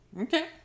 Okay